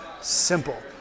simple